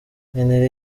nkinira